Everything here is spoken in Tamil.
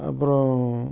அப்பறம்